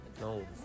No